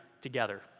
together